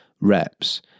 reps